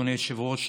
אדוני היושב-ראש,